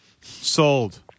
sold